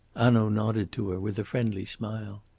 hanaud nodded to her with a friendly smile.